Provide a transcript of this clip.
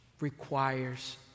requires